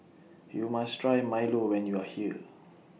YOU must Try Milo when YOU Are here